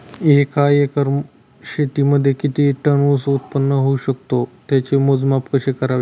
एका एकर शेतीमध्ये किती टन ऊस उत्पादन होऊ शकतो? त्याचे मोजमाप कसे करावे?